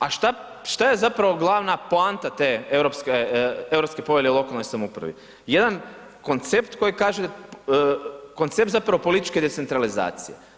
A šta je zapravo glavna poanta te Europske povelje lokalnoj samoupravi, jedan koncept koji kaže, koncept zapravo političke decentralizacije.